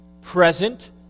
present